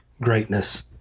greatness